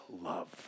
love